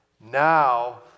Now